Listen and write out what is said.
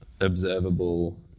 observable